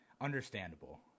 understandable